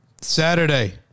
Saturday